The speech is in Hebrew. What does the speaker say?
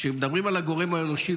שאם מדברים על הגורם האנושי,